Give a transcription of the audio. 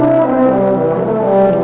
or